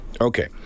Okay